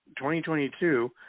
2022